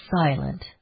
silent